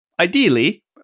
Ideally